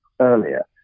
earlier